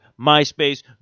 myspace